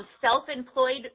self-employed